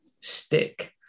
stick